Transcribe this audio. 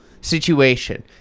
situation